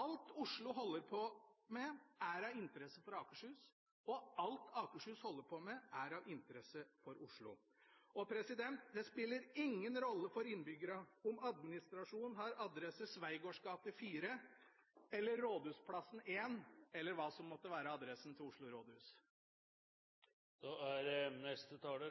Alt Oslo holder på med, er av interesse for Akershus, og alt Akershus holder på med, er av interesse for Oslo. Det spiller ingen rolle for innbyggerne om administrasjonen har adresse Schweigaards gate 4 eller Rådhusplassen 1, eller hva som måtte være adressen til Oslo rådhus. Først vil også jeg takke